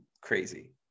crazy